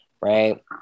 Right